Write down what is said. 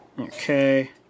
Okay